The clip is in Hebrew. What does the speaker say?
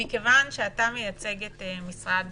כיוון שאתה מייצג את משרד